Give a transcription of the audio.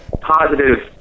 positive